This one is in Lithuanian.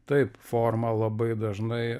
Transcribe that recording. taip forma labai dažnai